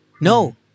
No